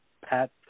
Pat